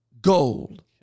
gold